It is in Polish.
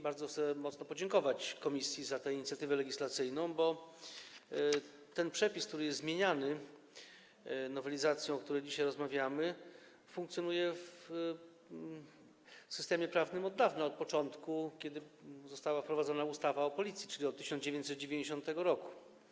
Bardzo mocno chcę podziękować komisji za tę inicjatywę legislacyjną, bo ten przepis, który jest zmieniany nowelizacją, o której dzisiaj rozmawiamy, funkcjonuje w systemie prawnym od dawna, od początku, kiedy została wprowadzona ustawa o Policji, czyli od 1990 r.